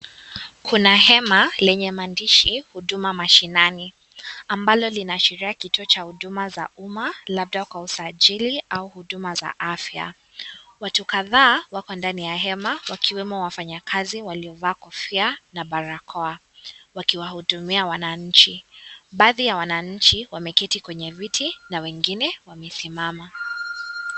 Kuna hema lenye maandishi huduma mashinani ambalo linaashiria kituo cha huduma za umma labda kwa usajili au huduma za afya. Watu kadhaa wako ndani ya hema wakiwemo wafanya kazi waliovaa kofia na barakoa wakiwahudumia wanainchi. Baadhi ya wanainchi wameketi kwenye viti na wengine wamesimama.